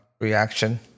reaction